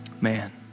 man